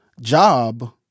job